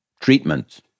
treatment